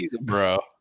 bro